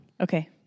Okay